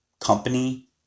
company